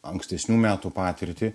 ankstesnių metų patirtį